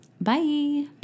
Bye